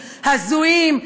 הזויים,